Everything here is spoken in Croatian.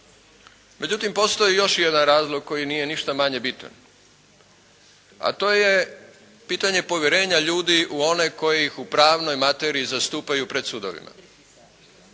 Međutim postoji još jedan razlog koji nije ništa manje bitan, a to je pitanje povjerenja ljudi u one koji ih u pravnoj materiji zastupaju pred sudovima.